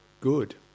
good